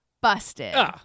busted